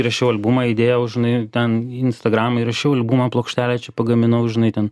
įrašiau albumą įdėjau žinai ten į instagramą įrašiau albumą plokštelę čia pagaminau žinai ten